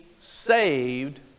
saved